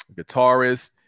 guitarist